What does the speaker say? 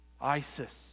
ISIS